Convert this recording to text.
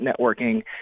networking